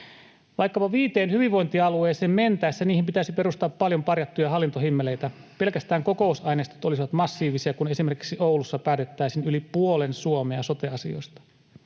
Vaikkapa viiteen hyvinvointialueeseen mentäessä niihin pitäisi perustaa paljon parjattuja hallintohimmeleitä. Pelkästään kokousaineistot olisivat massiivisia, kun esimerkiksi Oulussa päätettäisiin yli puolen Suomen sote-asioista.